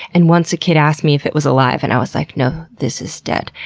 and once a kid asked me if it was alive and i was like, no, this is dead.